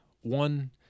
one